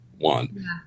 one